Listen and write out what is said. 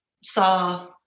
saw